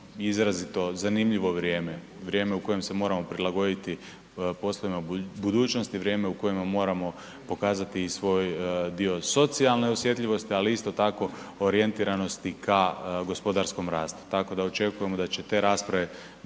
izrazito zanimljivo vrijeme. Vrijeme u kojem se moramo prilagoditi poslovima budućnosti, vrijeme u kojima moramo pokazati i svoj dio socijalne osjetljivosti ali isto tako orijentiranosti ka gospodarskom rastu. Tako da očekujemo da će te rasprave